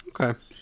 Okay